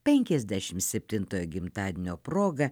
penkiasdešimt septinto gimtadienio proga